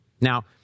Now